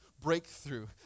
breakthrough